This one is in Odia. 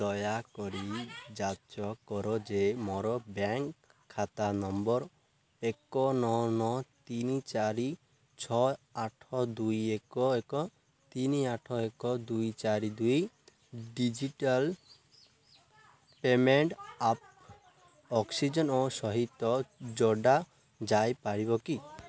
ଦୟାକରି ଯାଞ୍ଚ କର ଯେ ମୋର ବ୍ୟାଙ୍କ ଖାତା ନମ୍ବର ଏକ ନଅ ନଅ ତିନି ଚାରି ଛଅ ଆଠ ଦୁଇ ଏକ ଏକ ତିନି ଆଠ ଏକ ଦୁଇ ଚାରି ଦୁଇ ଡିଜିଟାଲ୍ ପେମେଣ୍ଟ ଆପ୍ ଅକ୍ସିଜେନୋ ସହିତ ଯୋଡ଼ା ଯାଇପାରିବ କି